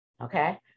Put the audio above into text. Okay